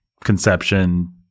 conception